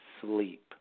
sleep